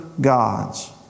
gods